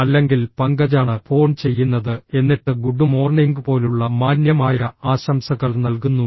അല്ലെങ്കിൽ പങ്കജ് ആണ് ഫോൺ ചെയ്യുന്നത് എന്നിട്ട് ഗുഡ് മോർണിംഗ് പോലുള്ള മാന്യമായ ആശംസകൾ നൽകുന്നു